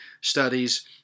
studies